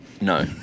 No